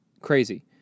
crazy